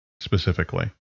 specifically